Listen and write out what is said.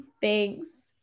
Thanks